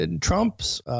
Trump's